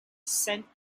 sent